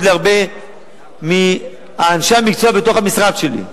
להרבה מאנשי המקצוע בתוך המשרד שלי.